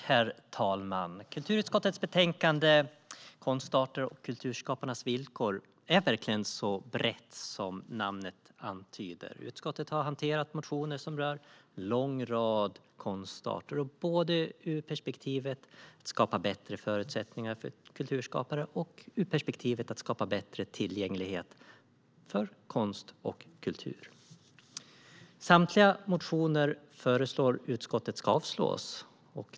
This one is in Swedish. Herr talman! Kulturutskottets betänkande Konstarter och kulturskaparnas villkor är verkligen så brett som namnet antyder. Utskottet har hanterat motioner som rör en lång rad konstarter både ur perspektivet att skapa bättre förutsättningar för kulturskapare och ur perspektivet att skapa bättre tillgänglighet till konst och kultur. Utskottet föreslår att samtliga motioner avslås.